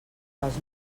dels